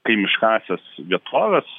kaimiškąsias vietoves